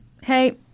hey